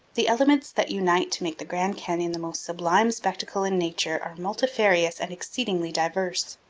the elements that unite to make the grand canyon the most sublime spectacle in nature are multifarious and exceedingly diverse.